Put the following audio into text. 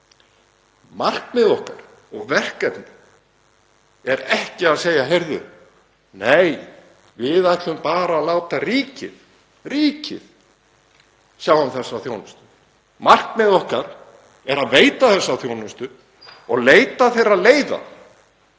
Markmið okkar og verkefni er ekki að segja: Nei, við ætlum bara að láta ríkið sjá um þessa þjónustu. Markmið okkar er að veita þessa þjónustu og leita leiða